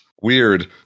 Weird